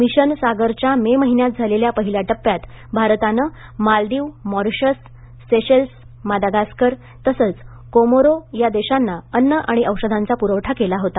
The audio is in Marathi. मिशन सागरच्या मे महिन्यात झालेल्या पहिल्या टप्प्यात भारतानं मालदीव मॉरिशस सेशेल्स मादागास्कर तसेच कोमोरो या देशांना अन्न आणि औषधांचा पुरवठा केला होता